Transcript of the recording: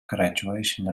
graduation